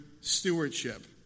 stewardship